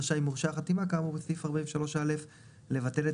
רשאי מורשה חתימה כאמור בסעיף 43(א) לבטל את